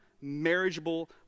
marriageable